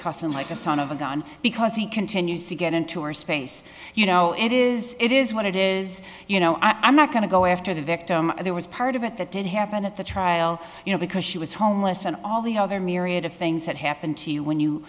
cussing like a son of a gun because he continues to get into our space you know it is it is what it is you know i'm not going to go after the victim there was part of it that did happen at the trial you know because she was homeless and all the other myriad of things that happen to you when you